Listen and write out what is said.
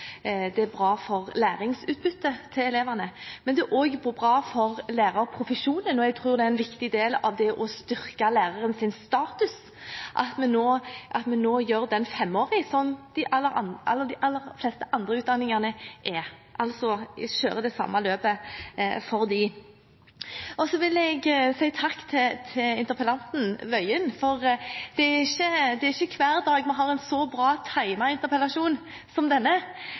Det er bra for læringsutbyttet til elevene, men det er også bra for lærerprofesjonen, og jeg tror det er en viktig del av det å styrke lærerens status at vi nå gjør den femårig og kjører det samme løpet som for de aller fleste andre utdanningene. Jeg vil si takk til interpellanten, Tingelstad Wøien, for det er ikke hver dag at vi har en så bra timet interpellasjon som denne. Det er bra for Stortinget, som får ta opp en veldig dagsaktuell sak til debatt, men det også bra for statsråden, som